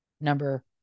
number